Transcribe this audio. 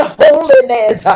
holiness